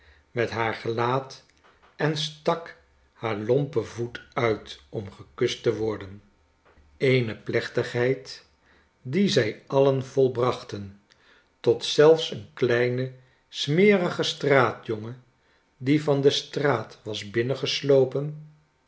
met haar gelaat en stak haar lompen voet uit om gekust te worden eene plechtigheid die zij alien volbrachten tot zelfs een kleine smerige straatjongen die van de straat was binnengeslopen